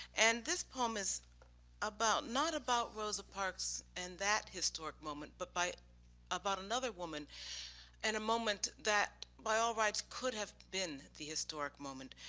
and this poem is about not about rosa parks and that historic moment, but by about another woman in and a moment that by all rights could have been the historic moment.